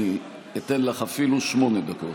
אני אתן לך אפילו שמונה דקות.